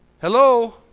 Hello